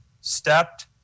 stepped